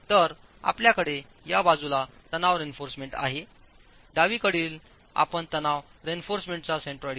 तर आपल्याकडे या बाजूला तणाव रेइन्फॉर्समेंट आहे डावीकडील आपण तणाव रेइन्फॉर्समेंटचा सेंट्रोइड घ्या